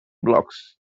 blocks